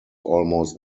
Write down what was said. almost